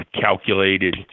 calculated